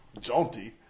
jaunty